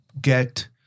get